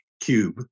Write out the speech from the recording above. cube